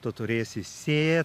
tu turėsi sėt